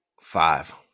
five